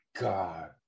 god